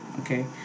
okay